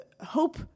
hope